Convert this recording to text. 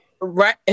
Right